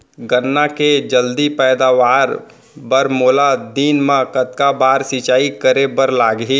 गन्ना के जलदी पैदावार बर, मोला दिन मा कतका बार सिंचाई करे बर लागही?